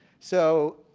so,